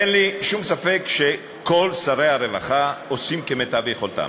אין לי שום ספק שכל שרי הרווחה עושים כמיטב יכולתם,